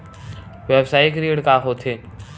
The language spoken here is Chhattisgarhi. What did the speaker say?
व्यवसायिक ऋण का होथे?